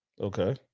Okay